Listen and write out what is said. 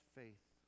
faith